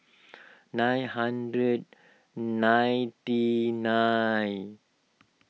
nine hundred ninety nine